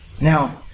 Now